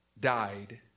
died